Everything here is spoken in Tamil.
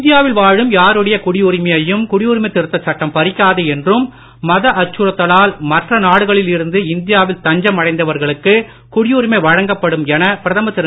இந்தியாவில் வாழும் யாருடைய குடியுரிமையையும் குடியுரிமை சட்டம் பறிக்காது என்றும் மத அச்சுறுத்தலால் மற்ற நாடுகளில் இருந்து இந்தியாவில் தஞ்சம் அடைந்தவர்களுக்கு குடியுரிமை வழங்கப்படும் என பிரதமர் திரு